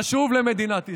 חשוב למדינת ישראל,